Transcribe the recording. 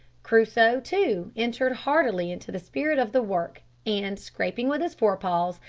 crusoe, too, entered heartily into the spirit of the work, and, scraping with his forepaws,